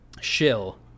shill